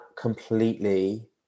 completely